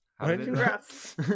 Congrats